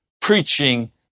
preaching